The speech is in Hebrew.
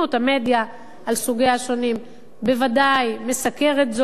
המדיה על סוגיה השונים בוודאי מסקרת זאת,